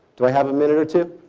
do i have a minute or two?